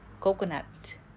coconut